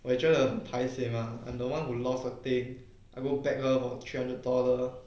我也觉得很 paiseh mah I am the one who lost the thing I work back lor for three hundred dollar